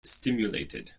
stimulated